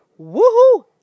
Woohoo